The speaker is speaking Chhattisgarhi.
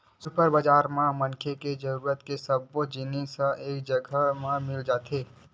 सुपर बजार म मनखे के जरूरत के सब्बो जिनिस ह एके जघा म मिल जाथे